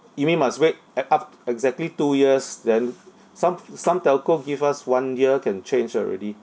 you mean must wait at up exactly two years then some f~ some telco give us one year can change already